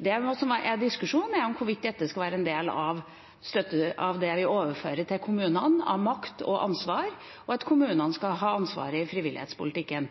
Det som er diskusjonen, er hvorvidt dette skal være en del av det vi overfører av makt og ansvar til kommunene, og om kommunene skal